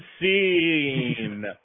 scene